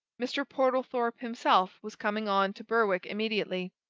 mr. portlethorpe himself was coming on to berwick immediately.